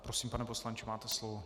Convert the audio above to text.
Prosím, pane poslanče, máte slovo.